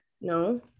No